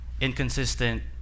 inconsistent